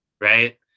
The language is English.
right